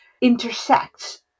intersects